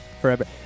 forever